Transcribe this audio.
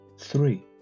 Three